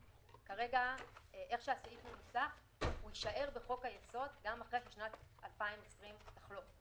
כרגע איך שהסעיף מנוסח הוא יישאר בחוק היסוד גם אחרי ששנת 2020 תחלוף.